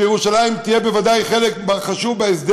שירושלים תהיה בוודאי חלק חשוב בו,